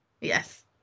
Yes